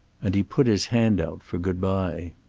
and he put his hand out for good-bye.